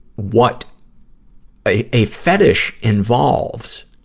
what a, a fetish involves,